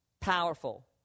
powerful